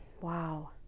Wow